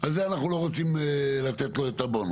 על זה אנחנו לא רוצים לתת לו את הבונוס.